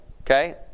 Okay